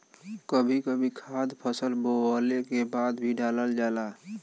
कभी कभी खाद फसल बोवले के बाद भी डालल जाला